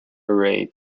array